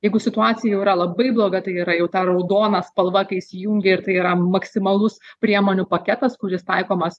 jeigu situacija jau yra labai bloga tai yra jau ta raudona spalva kai įsijungia ir tai yra maksimalus priemonių paketas kuris taikomas